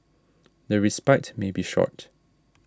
the respite may be short